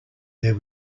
there